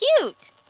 cute